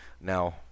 Now